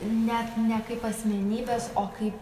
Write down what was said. net ne kaip asmenybes o kaip